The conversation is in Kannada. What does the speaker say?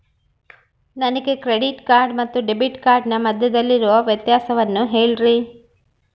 ನನಗೆ ಕ್ರೆಡಿಟ್ ಕಾರ್ಡ್ ಮತ್ತು ಡೆಬಿಟ್ ಕಾರ್ಡಿನ ಮಧ್ಯದಲ್ಲಿರುವ ವ್ಯತ್ಯಾಸವನ್ನು ಹೇಳ್ರಿ?